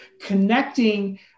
Connecting